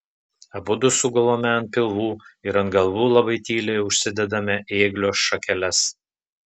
abudu sugulame ant pilvų ir ant galvų labai tyliai užsidedame ėglio šakeles